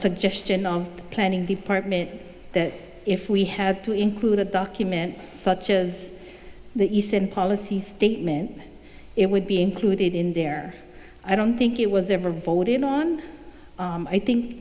suggestion on the planning department that if we had to include a document such as the eastern policy statement it would be included in there i don't think it was ever voted on i think